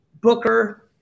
Booker